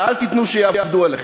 אל תיתנו שיעבדו עליכם.